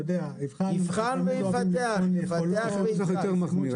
אתה יודע --- הייתי הולך לנוסח יותר מחמיר.